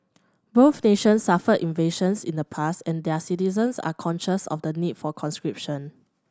both nations suffered invasions in the past and their citizens are conscious of the need for conscription